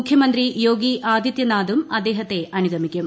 മുഖ്യമന്ത്രി യോഗി ആദിത്യനാഥും അദ്ദേഹത്തെ അനുഗമിക്കും